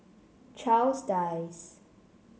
Charles Dyce